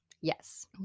yes